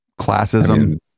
classism